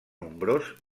nombrós